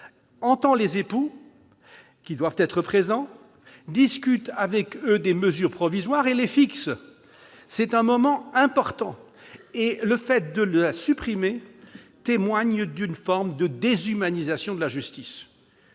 entend les époux, qui doivent être présents, discute avec eux des mesures provisoires et les fixe. C'est un moment important, et sa suppression procède d'une forme de déshumanisation de la justice.